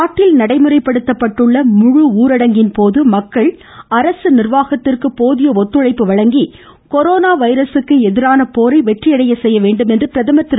நாட்டில் நடைமுறைப்படுத்தப்பட்டுள்ள முழு ஊரடங்கில் மக்கள் போதிய ஒத்துழைப்பு வழங்கி கொரோனா வைரஸ்க்கு எதிரான போரை வெற்றியடைய செய்ய வேண்டுமென்று பிரதமா திரு